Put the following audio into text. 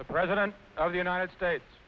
the president of the united states